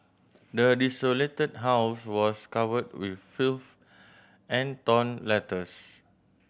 the desolated house was covered with filth and torn letters